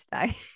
today